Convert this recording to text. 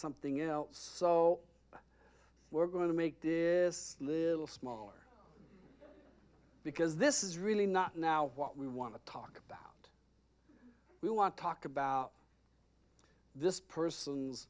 something else so we're going to make did with little smaller because this is really not now what we want to talk about we want to talk about this person's